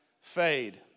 fade